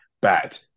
bad